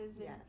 yes